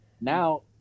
now